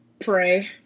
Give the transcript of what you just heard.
Pray